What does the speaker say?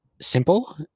simple